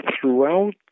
throughout